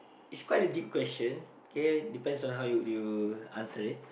is quite a deep question K depends on how you you answer it